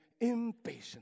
impatient